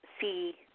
see